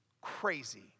Crazy